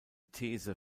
these